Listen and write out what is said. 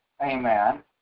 amen